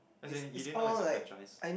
as in you didn't know it's a franchise